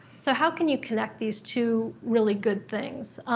so how can you connect these two really good things?